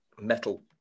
metal